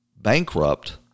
bankrupt